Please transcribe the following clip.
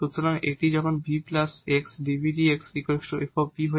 সুতরাং এটি এখন v xdvdx f হয়ে যাবে